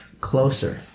closer